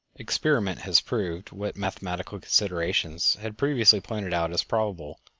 experiment has proved, what mathematical considerations had previously pointed out as probable,